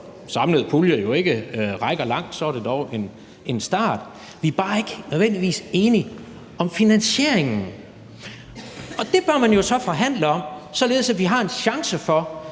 samlede pulje jo ikke rækker langt, er det dog en start. Vi er bare ikke nødvendigvis enige i finansieringen, og det bør man jo så forhandle om, således at vi har en chance for